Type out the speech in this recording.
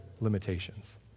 limitations